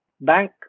bank